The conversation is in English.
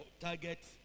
targets